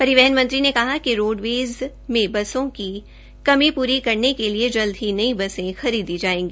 परिवहन मंत्री ने कहा कि रोडवेज में बसों की कमी पूरी करने के लिए जल्द ही नई बसें खरीदी जायेंगी